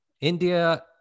India